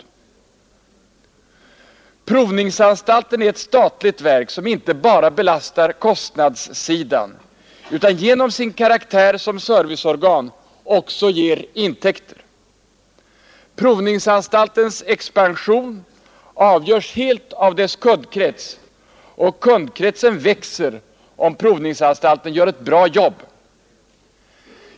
Statens provningsanstalt är ett statligt verk som inte bara belastar kostnadssidan utan som genom sin karaktär av serviceorgan också ger intäkter. Provningsanstaltens expansion avgörs helt av dess kundkrets, och kundkretsen växer om provningsanstalten gör ett bra jobb.